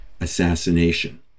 assassination